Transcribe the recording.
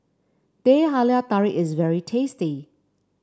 Teh Halia Tarik is very tasty